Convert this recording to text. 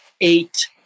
eight